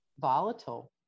volatile